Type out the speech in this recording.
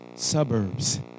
Suburbs